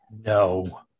No